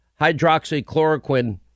hydroxychloroquine